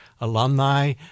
alumni